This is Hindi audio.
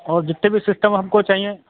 और जितने भी सिस्टम हमको चाहियें